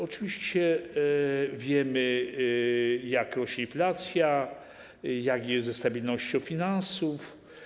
Oczywiście wiemy, jak rośnie inflacja, jak jest ze stabilnością finansów.